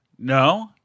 No